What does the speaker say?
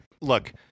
look